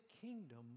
kingdom